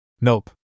Nope